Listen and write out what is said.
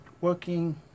working